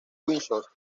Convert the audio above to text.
windsor